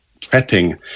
prepping